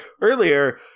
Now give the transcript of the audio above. earlier